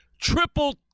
Triple